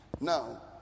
Now